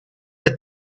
but